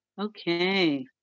Okay